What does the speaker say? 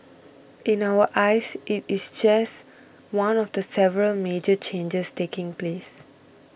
in our eyes it is just one of the several major changes taking place